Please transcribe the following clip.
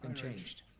um changed.